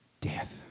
death